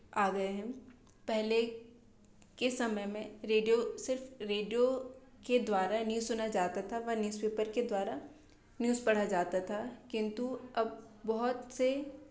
आ गए हैं पहले के समय में रेडियो सिर्फ रेडियो के द्वारा न्यूज़ सुना जाता था वह न्यूज़ पेपर के द्वारा न्यूज़ पढ़ा जाता था किंतु अब बहुत से